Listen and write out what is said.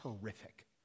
terrific